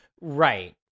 Right